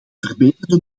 verbeterde